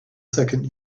second